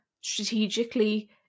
strategically